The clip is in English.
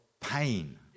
pain